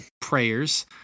prayers